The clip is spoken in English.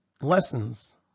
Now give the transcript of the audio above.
lessons